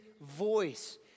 voice